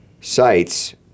sites